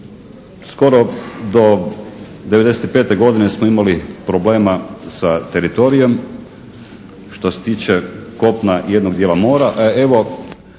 Skoro do '95. godine smo imali problema sa teritorijem što se tiče kopna i jednog dijela mora.